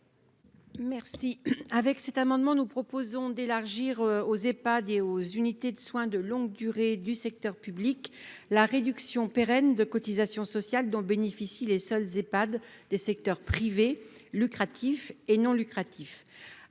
par cet amendement d'élargir aux Ehpad et unités de soins de longue durée (USLD) du secteur public la réduction pérenne de cotisations sociales dont bénéficient les seuls Ehpad des secteurs privés, lucratifs et non lucratifs.